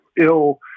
ill